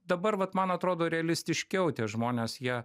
dabar vat man atrodo realistiškiau tie žmonės jie